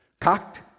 Cocked